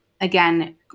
again